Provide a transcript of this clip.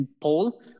poll